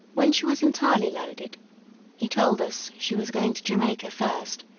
when she was entirely loaded he told us she was going to jamaica first,